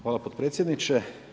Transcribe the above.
Hvala potpredsjedniče.